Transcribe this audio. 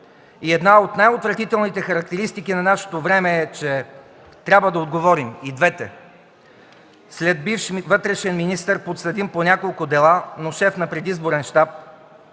И една от най-отвратителните характеристики на нашето време е, че трябва да отговорим: „И двете”. След бивш вътрешен министър, подсъдим по няколко дела, но шеф на предизборен щаб,